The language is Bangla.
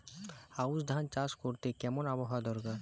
আউশ ধান চাষ করতে কেমন আবহাওয়া দরকার?